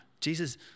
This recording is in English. Jesus